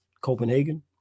copenhagen